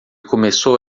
começou